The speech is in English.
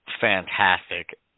fantastic